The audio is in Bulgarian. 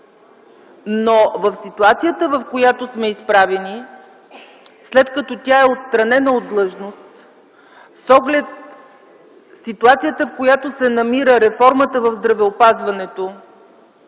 Но в ситуацията, в която сме изправени, след като тя е отстранена от длъжност, с оглед на ситуацията, в която се намира реформата в здравеопазването,